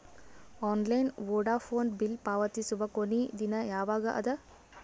Online Vodafone bill ಪಾವತಿಸುವ ಕೊನಿ ದಿನ ಯವಾಗ ಅದ?